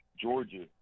Georgia